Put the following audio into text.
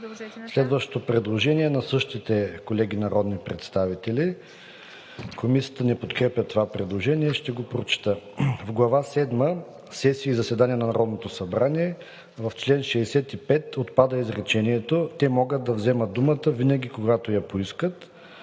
Следващото предложение е от същите народни представители. Комисията не подкрепя предложението: „В глава седма – Сесии и заседания на Народното събрание, в чл. 65 отпада изречението „Те могат да вземат думата винаги когато я поискат“.